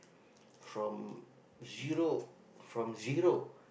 from zero from zero